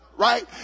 Right